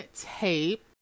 tape